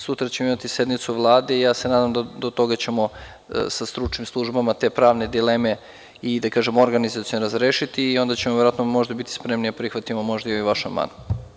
Sutra ćemo imati sednicu Vlade i ja se nadam da ćemo sa stručnim službama te pravne dileme organizaciono razrešiti i onda ćemo verovatno možda biti spremni da prihvatimo možda i vaš amandman.